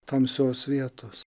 tamsios vietos